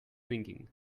thinking